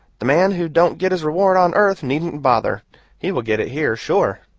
the man who don't get his reward on earth, needn't bother he will get it here, sure.